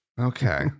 Okay